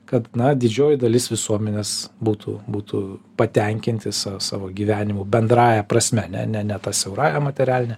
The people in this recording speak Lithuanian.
kad na didžioji dalis visuomenės būtų būtų patenkinti sa savo gyvenimu bendrąja prasme ne ne ne ta siaurąja materialine